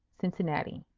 cincinnati.